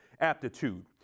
aptitude